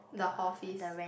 the hall fees